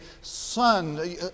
son